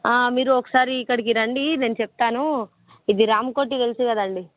మీరు ఒకసారి ఇక్కడికి రండి నేను చెప్తాను ఇది రామకోటి తెలుసు కదండీ